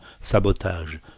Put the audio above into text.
Sabotage